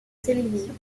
télévision